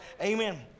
Amen